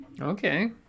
Okay